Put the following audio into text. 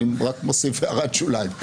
אני רק מוסיף הערת שוליים.